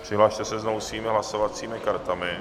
Přihlaste se znovu svými hlasovacími kartami.